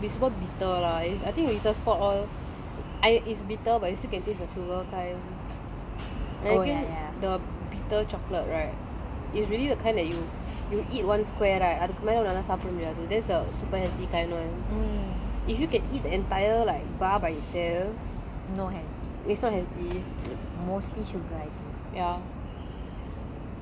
that one is like uh it has to be super bitter lah I think little spot lor I it's bitter but you still can taste the sugar kind I think the bitter chocolate right is really the kind that you you eat one square right அதுக்கு மேல ஒன்னால சாப்பிட முடியாது:athukku mela onnaala sappida mudiyaathu that's the super healthy kind one if you can eat entire bar by itself it's so healthy